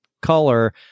color